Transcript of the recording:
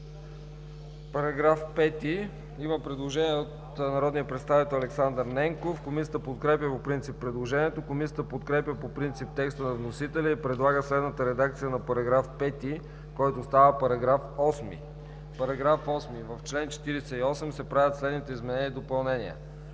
По § 5 има предложение от народния представител Александър Ненков. Комисията подкрепя по принцип предложението. Комисията подкрепя по принцип текста на вносителя и предлага следната редакция на § 5, който става § 8: „§ 8. В чл. 48 се правят следните изменения и допълнения: